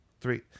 three